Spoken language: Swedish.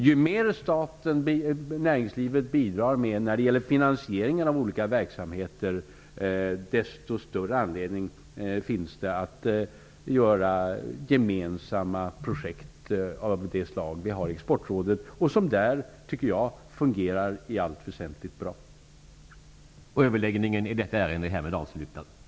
Ju mer näringslivet bidrar med när det gäller finansieringen av olika verksamheter, desto större anledning finns det att göra gemensamma projekt av det slag som vi har i Exportrådet. Jag tycker att det i allt väsentligt fungerar bra.